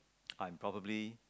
I'm probably